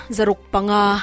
Zarukpanga